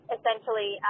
essentially